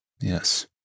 Yes